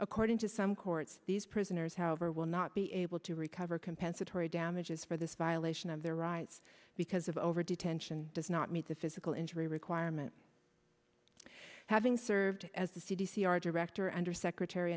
according to some courts these prisoners however will not be able to recover compensatory damages for this violation of their rights because of over detention does not meet the physical injury requirement having served as the c d c our director under secretary